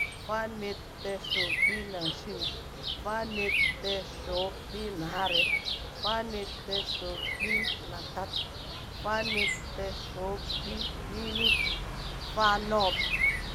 Faanetteeshubɗinashin, faanetteeshubɗinaree, faanetteeshubɗinatat, faanetteeshubɗininit, faanub.